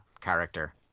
character